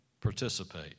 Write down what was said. participate